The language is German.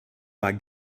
war